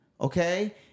okay